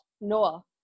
Noah